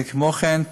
כמו כן,